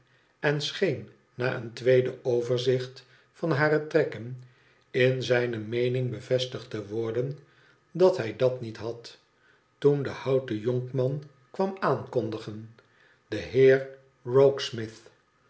en scheen na een tweede overzicht van hare trekken in zijne meening be vestigd te worden dat hij dat niet had toen de houten jonkman kwam aankondigen de heer